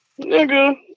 nigga